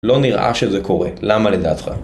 לא נראה שזה קורה, למה לדעתך?